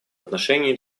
отношении